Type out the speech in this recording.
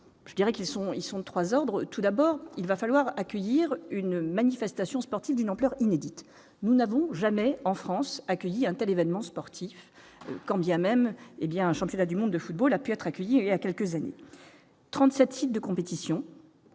je dirais qu'ils sont, ils sont de 3 ordres : tout d'abord, il va falloir accueillir une manifestation sportive d'une ampleur inédite, nous n'avons jamais en France, accueilli untel événements sportifs, quand bien même, hé bien un championnat du monde de football a pu être accueilli il y a quelques années, 37 sites de compétitions